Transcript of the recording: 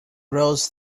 rows